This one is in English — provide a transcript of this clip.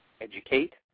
educate